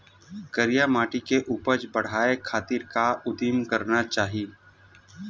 करिया माटी के उपज बढ़ाये खातिर का उदिम करना चाही?